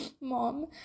mom